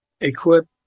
equip